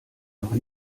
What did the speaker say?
noch